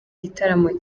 gitaramo